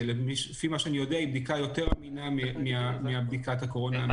שלפי מה שאני יודע היא בדיקה יותר אמינה מבדיקת הקורונה המיידית.